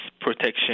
protection